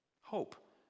hope